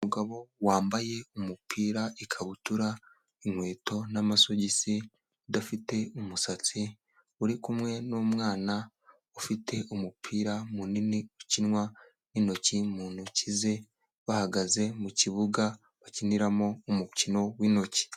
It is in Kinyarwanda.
umugabo wambaye umupira, ikabutura, inkweto n'amasogisi, udafite umusatsi, uri kumwe n'umwana ufite umupira munini ukinwa n'intoki mu ntoki ze, bahagaze mu kibuga bakiniramo umukino w'intoki.